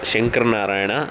Shankra Narayana